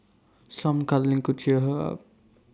some cuddling could cheer her up